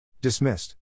Dismissed